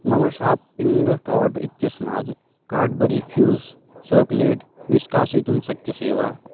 मम shopping cart इत्यस्मात् Cadbury fuse chocolate निष्कासयितुं शक्यसे वा